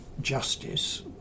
justice